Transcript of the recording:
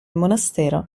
monastero